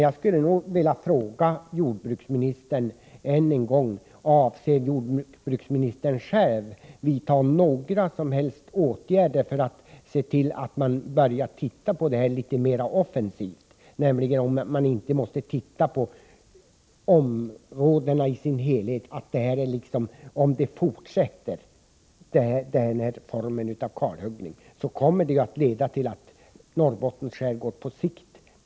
Jag skulle vilja fråga jordbruksministern än en gång: Avser jordbruksministern själv vidta några som helst åtgärder för att se till att man börjar beakta frågan mera offensivt, och att man börjar se på områdena i deras helhet? Om denna form av kalhuggning fortsätter kommer det att leda till att Norrbottens skärgård på sikt blir helt kalhuggen.